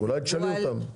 אולי תשאלי אותם.